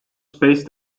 space